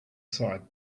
side